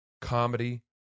comedy